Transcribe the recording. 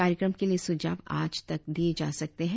कार्यक्रम के लिए सुझाव आज तक दिए जा सकते हैं